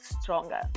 stronger